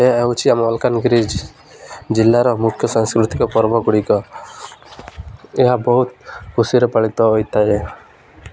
ଏହା ହେଉଛି ଆମ ମାଲକାନଗିରି ଜିଲ୍ଲାର ମୁଖ୍ୟ ସାଂସ୍କୃତିକ ପର୍ବ ଗୁଡ଼ିକ ଏହା ବହୁତ ଖୁସିରେ ପାାଳିତ ହୋଇଥାଏ